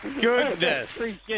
goodness